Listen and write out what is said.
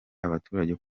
abaturage